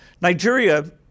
Nigeria –